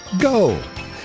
Go